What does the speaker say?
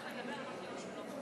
עד כאן אתה צודק.